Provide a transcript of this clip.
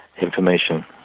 information